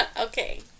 Okay